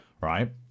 right